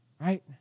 right